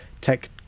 tech